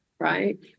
Right